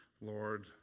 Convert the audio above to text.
Lord